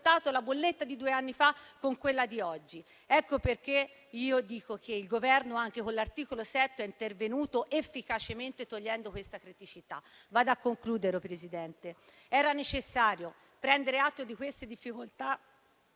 la bolletta di due anni fa con quella di oggi. Ecco perché dico che il Governo, con l'articolo 7, è intervenuto efficacemente, togliendo questa criticità. Signor Presidente, concludendo, era necessario prendere atto di queste difficoltà